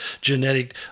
genetic